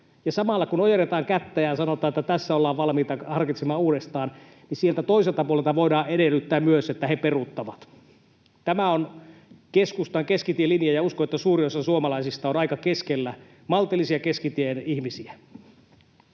samalla kun ojennetaan kättä ja sanotaan, että tässä ollaan valmiita harkitsemaan uudestaan, niin sieltä toiselta puolelta voidaan edellyttää myös, että he peruuttavat. Tämä on keskustan keskitien linja, ja uskon, että suuri osa suomalaisista on aika keskellä, maltillisia keskitien ihmisiä.